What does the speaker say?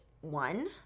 one